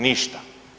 Ništa.